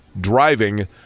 driving